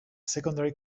secondary